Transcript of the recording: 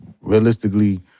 realistically